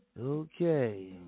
Okay